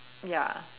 ya